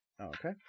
Okay